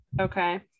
Okay